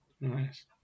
Nice